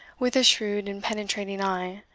with a shrewd and penetrating eye,